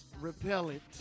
Repellent